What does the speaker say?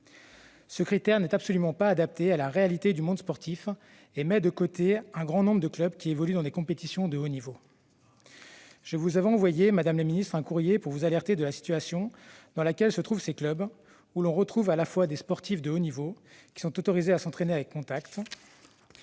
Ce critère n'est absolument pas adapté à la réalité du monde sportif et met de côté un grand nombre de clubs qui évoluent dans des compétitions de haut niveau. Madame la ministre, je vous ai envoyé un courrier pour vous alerter de la situation dans laquelle se trouvent ces clubs qui rassemblent à la fois des sportifs de haut niveau, qui sont autorisés à s'entraîner avec contact,